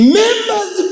members